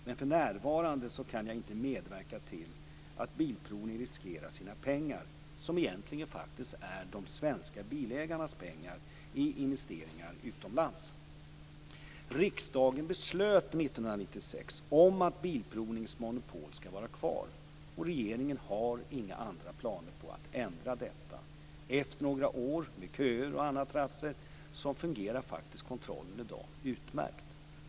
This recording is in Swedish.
Men för närvarande kan jag inte medverka till att Svensk Bilprovning riskerar sina pengar, som egentligen faktiskt är de svenska bilägarnas pengar, i investeringar utomlands. Riksdagen beslöt 1996 att Svensk Bilprovnings monopol skall vara kvar, och regeringen har inga planer på att ändra detta. Efter några år med köer och annat trassel fungerar faktiskt kontrollen i dag utmärkt.